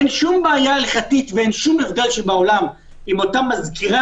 אין שום בעיה הלכתית ואין שום הבדל שבעולם אם אותה מזכירה